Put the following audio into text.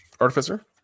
Artificer